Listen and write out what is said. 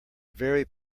very